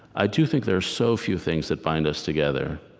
i do think there are so few things that bind us together,